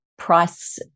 price